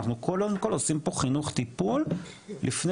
אנחנו קודם כל עושים פה חינוך טיפול לפני